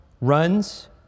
runs